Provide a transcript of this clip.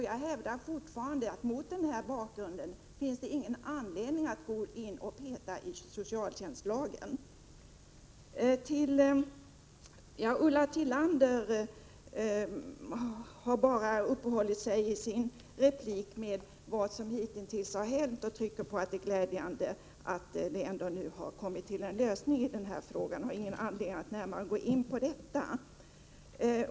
Jag hävdar fortfarande att det mot denna bakgrund inte finns någon anledning att gå in och peta i socialtjänstlagen. Ulla Tillander uppehåller sig i sin replik bara vid vad som hittills har hänt, och hon trycker på att det är glädjande att en lösning har kommit till stånd i frågan. Jag har därför ingen anledning att närmare gå in på detta.